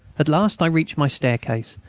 at last i reached my staircase,